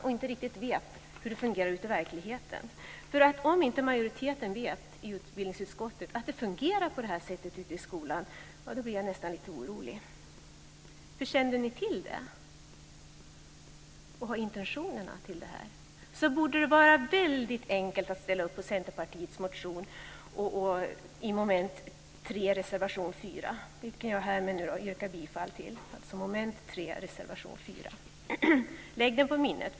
De vet inte riktigt hur det fungerar ute i verkligheten. Om inte majoriteten i utbildningsutskottet vet att det fungerar på det här sättet i skolan blir jag nästan lite orolig. Om ni kände till det och har de intentionerna borde det vara väldigt enkelt att ställa upp på Centerpartiets motion och därmed på reservation 4 under mom. 3, vilken jag härmed yrkar bifall till. Lägg det på minnet!